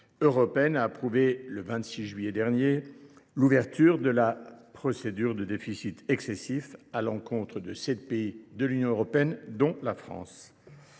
européenne a approuvé, le 26 juillet dernier, l’ouverture d’une procédure de déficit excessif à l’encontre de sept pays de l’Union européenne, dont la France.